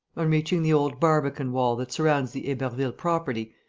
on reaching the old barbican-wall that surrounds the heberville property,